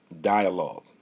dialogue